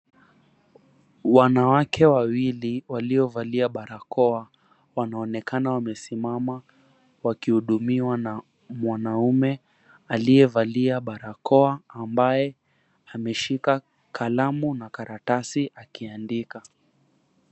Wanawake wawili waliovalia barakoa wanaonekana wamesimama wakihudumiwa na mwanaume aliyevalia barakoa ambaye ameshika kalamu na karatasi akiandika.